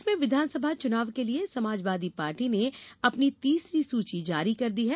प्रदेश में विधानसभा चुनाव के लिए समाजवादी पार्टी ने अपनी तीसरी सूची जारी कर दी है